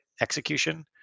execution